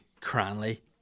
Cranley